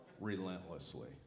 relentlessly